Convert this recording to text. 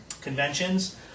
conventions